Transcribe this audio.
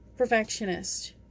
perfectionist